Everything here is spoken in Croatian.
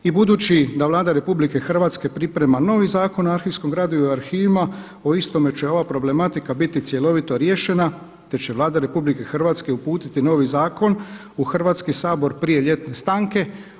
I budući da Vlada RH priprema novi Zakon o arhivskom gradivu i arhivima o istome će ova problematika biti cjelovito riješena, te će Vlada RH uputiti novi zakon u Hrvatski sabor prije ljetne stanke.